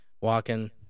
Walking